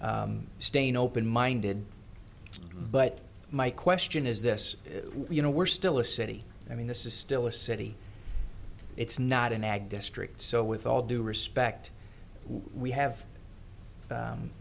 and staying open minded but my question is this you know we're still a city i mean this is still a city it's not an ag district so with all due respect we have